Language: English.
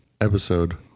episode